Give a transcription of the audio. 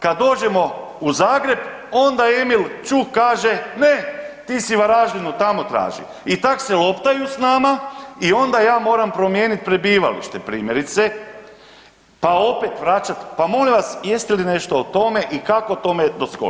kad dođemo u Zagreb onda Emil Ćuk kaže ne ti si u Varaždinu, tamo traži i tak se loptaju s nama i onda ja moram promijenit prebivalište primjerice, pa opet vraćat, pa molim vas jeste li nešto o tome i kako tome doskočiti?